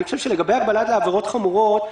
לגבי הגבלה לעבירות חמורת,